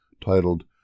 titled